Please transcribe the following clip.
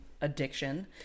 addiction